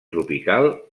tropical